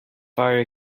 fire